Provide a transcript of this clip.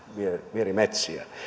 vierimetsiä